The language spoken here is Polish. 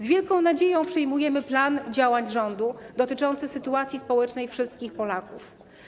Z wielką nadzieją przyjmujemy plan działań rządu dotyczący sytuacji społecznej wszystkich Polaków.